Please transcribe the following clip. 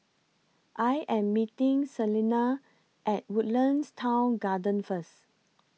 I Am meeting Celena At Woodlands Town Garden First